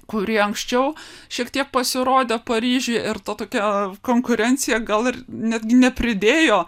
kurie anksčiau šiek tiek pasirodė paryžiuje ir to tokia konkurencija gal ir netgi nepridėjo